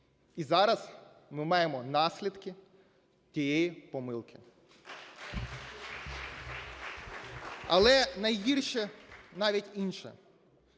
І зараз ми маємо наслідки тієї помилки. Але найгірше навіть інше